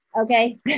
okay